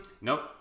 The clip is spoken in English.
nope